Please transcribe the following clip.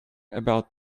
about